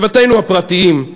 בבתינו הפרטיים,